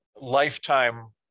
lifetime